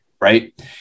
right